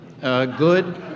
good